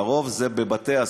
לרוב זה בבתי-הספר.